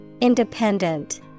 Independent